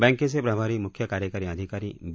बँकेचे प्रभारी मुख्य कार्यकारी अधिकारी बी